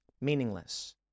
meaningless